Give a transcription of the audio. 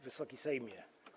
Wysoki Sejmie!